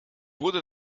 wurde